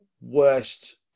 worst